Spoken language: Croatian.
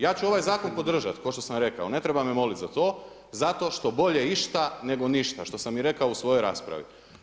Ja ću ovaj zakon podržati, ko što sam rekao ne treba me moliti za to, zato što bolje išta nego ništa što sam i rekao u svojoj raspravi.